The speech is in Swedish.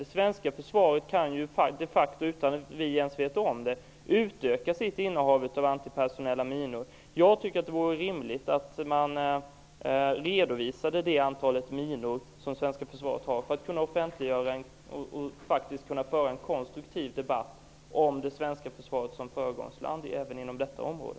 Det svenska försvaret kan de facto utan att vi ens vet om det utöka sitt innehav av antipersonella minor. Jag tycker att det vore rimligt att man redovisade det antal minor som svenska försvaret har för att kunna föra en offentlig och konstruktiv debatt om Sverige som föregångsland även inom detta område.